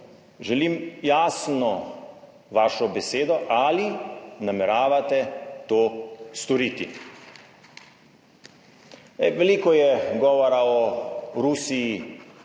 želim jasno vašo besedo, ali nameravate to storiti? Zdaj, veliko je govora o Rusiji,